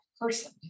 person